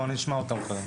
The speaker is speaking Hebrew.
לא, אני אשמע אותם קודם.